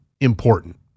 important